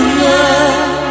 love